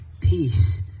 peace